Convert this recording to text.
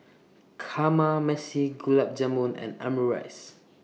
Kamameshi Gulab Jamun and Omurice